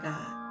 God